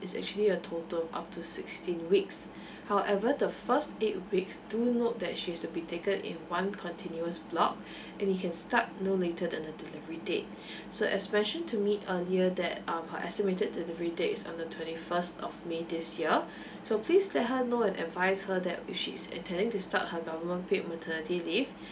is actually a total up to sixteen weeks however the first right weeks do note that she has to be taken in one continuous block and it can start no later than the delivery date so as mentioned to me earlier that um her estimated delivery date is on the twenty first of may this year so please let her know and advise her that if she is intending to start her government paid maternity leave